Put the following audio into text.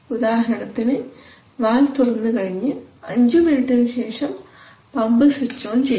ഉദാഹരണത്തിന് വാൽവ് തുറന്നു കഴിഞ്ഞ് അഞ്ചു മിനിറ്റിനു ശേഷം പമ്പ് സ്വിച്ച് ഓൺ ചെയ്യണം